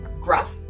gruff